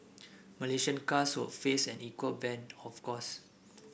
Malaysian cars would face an equal ban of course